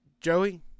joey